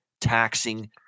taxing